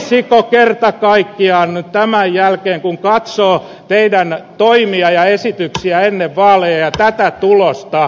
olisiko kerta kaikkiaan nyt tämän jälkeen kun katsoo teidän toimianne ja esityksiänne ennen vaaleja ja tätä tulosta